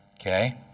Okay